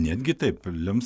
netgi taip lems